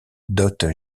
dote